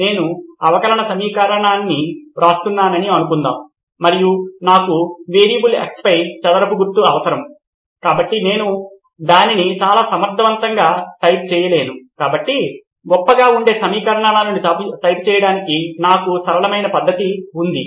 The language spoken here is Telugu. నేను అవకలన సమీకరణాన్ని వ్రాస్తున్నానని అనుకుందాం మరియు నాకు వేరియబుల్ x పై చదరపు గుర్తు అవసరం కాబట్టి నేను దానిని చాలా సమర్థవంతంగా టైప్ చేయలేను కాబట్టి గొప్పగా ఉండే సమీకరణాలను టైప్ చేయడానికి నాకు సరళమైన పద్ధతి ఉంది